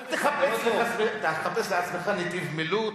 אבל אל תחפש לעצמך נתיב מילוט,